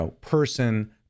person